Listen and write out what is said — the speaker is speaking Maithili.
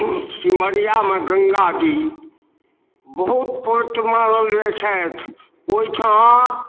सिमरियामे गङ्गाजी बहुत पवित्र मानल जाइ छथि ओहिठाम